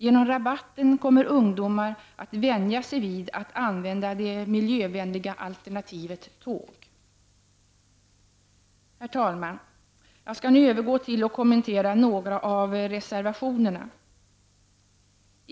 Genom rabatten kommer ungdomar att vänja sig att använda det miljövänliga alternativet tåg. Herr talman! Jag skall nu övergå till att kommentera några reservationer.